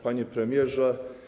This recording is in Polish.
Panie Premierze!